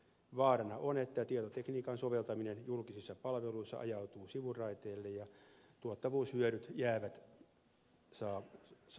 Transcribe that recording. vaarana on että tietotekniikan soveltaminen julkisissa palveluissa ajautuu sivuraiteille ja tuottavuushyödyt jäävät saamatta